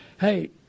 hey